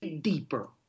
deeper